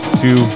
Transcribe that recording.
two